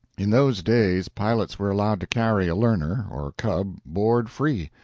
in those days pilots were allowed to carry a learner, or cub, board free.